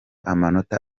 amanota